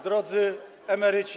Drodzy Emeryci!